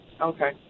okay